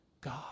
God